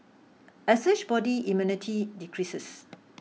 as such body immunity decreases